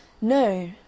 No